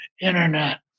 internet